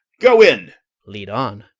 go in! lead on.